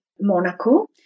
Monaco